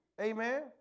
Amen